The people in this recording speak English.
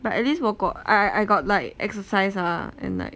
but at least 我 got I I got like exercise lah at night